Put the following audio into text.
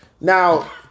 Now